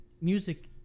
music